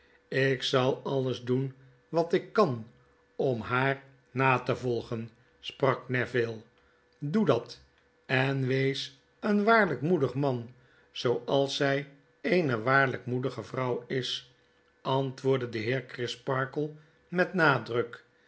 ik zal alles doen wat ik kan om haar na te volgen sprak neville doe dat en wees een waarlgk moedig man zooals zg eene waarljjk moedige vrouw is antwoordde de heer crisparkle met nadruk